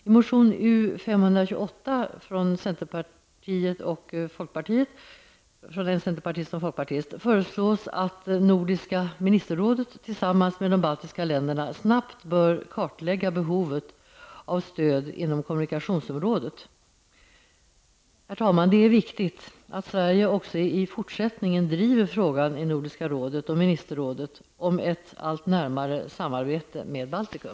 I motion U528, av en centerpartist och en folkpartist, föreslås att Nordiska ministerrådet tillsammans med de baltiska länderna snabbt bör kartlägga behovet av stöd inom kommunikationsområdet. Herr talman! Det är viktigt att Sverige också i fortsättningen driver frågan om ett allt närmare samarbete med Baltikum i Nordiska rådet och ministerrådet.